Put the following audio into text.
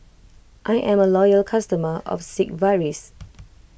I am a loyal customer of Sigvaris